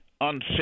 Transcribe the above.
unfit